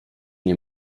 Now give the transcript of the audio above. nie